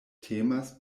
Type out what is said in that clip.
temas